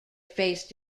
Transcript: faced